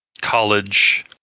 college